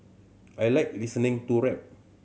I like listening to rap